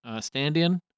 stand-in